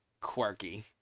quirky